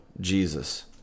Jesus